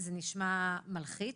זה נשמע מלחיץ.